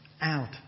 out